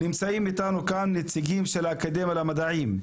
נמצאים אתנו כאן נציגים של האקדמיה למדעים,